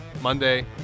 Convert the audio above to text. Monday